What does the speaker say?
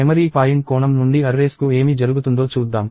memory point కోణం నుండి arrays కు ఏమి జరుగుతుందో చూద్దాం